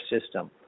system